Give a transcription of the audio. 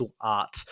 art